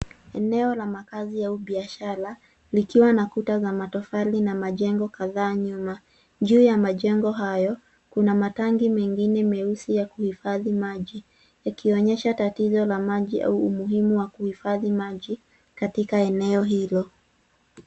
Eneo la makazi au biashara likiwa na kuta za matofali na majengo kadhaa nyuma. Juu ya majengo hayo kuna matangi mengine meusi ya kuhifadhi maji yakionyesha tatizo la maji au umuhimu wa kuhifadhi maji katika eneo hilo.